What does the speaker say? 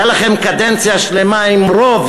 הייתה לכם קדנציה שלמה עם רוב.